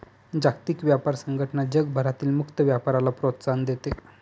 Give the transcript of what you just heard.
जागतिक व्यापार संघटना जगभरातील मुक्त व्यापाराला प्रोत्साहन देते